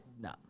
No